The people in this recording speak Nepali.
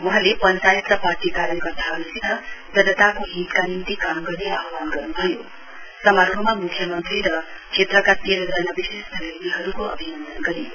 वहाँले पढ्चायत पार्टी कार्यकर्ताहरूसित जनताका हिमका निम्ति काम गर्ने आहवान गर्नुभयो समारोहमा मुख्यमन्त्री र क्षेत्रका तेहजना विशिष्ट व्यक्तिहरूको अभिनन्दन गरियो